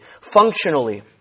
functionally